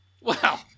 wow